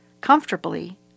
comfortably